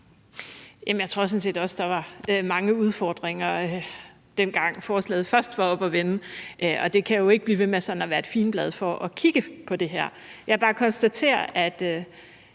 Jeg tror sådan set også, der var mange udfordringer, dengang forslaget først var oppe at vende, og det kan jo ikke sådan blive ved med at være et figenblad for ikke at kigge på det her. Jeg kan bare konstatere, at